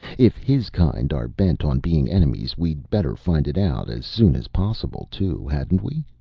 if his kind are bent on being enemies, we'd better find it out as soon as possible, too, hadn't we?